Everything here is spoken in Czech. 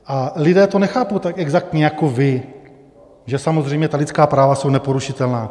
A lidé to nechápou tak exaktně jako vy, že samozřejmě ta lidská práva jsou neporušitelná.